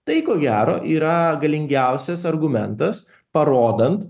tai ko gero yra galingiausias argumentas parodant